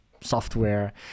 software